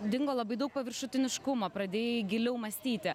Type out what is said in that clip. dingo labai daug paviršutiniškumo pradėjai giliau mąstyti